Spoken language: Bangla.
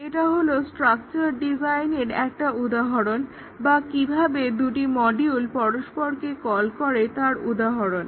এটা হলো স্ট্রাকচারড্ ডিজাইনের একটি উদাহরণ বা কিভাবে দুটি মডিউল পরস্পরকে কল করে তার উদাহরণ